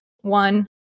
one